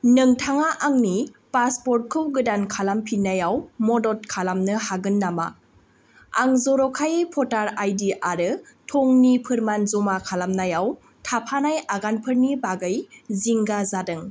नोंथाङा आंनि पासपर्टखौ गोदान खालामफिननायाव मदद खालामनो हागोन नामा आं जर'खायै भटार आइडि आरो थंनि फोरमान जमा खालामनायाव थाफानाय आगानफोरनि बागै जिंगा जादों